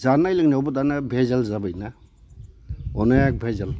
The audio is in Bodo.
जानाय लोंनाययावबो दाना भेजाल जाबायना अनेग भेजाल